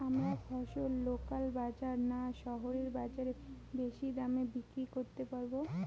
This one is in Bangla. আমরা ফসল লোকাল বাজার না শহরের বাজারে বেশি দামে বিক্রি করতে পারবো?